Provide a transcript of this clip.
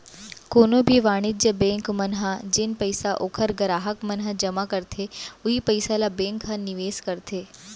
कोनो भी वाणिज्य बेंक मन ह जेन पइसा ओखर गराहक मन ह जमा करथे उहीं पइसा ल बेंक ह निवेस करथे